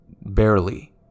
barely